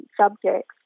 subjects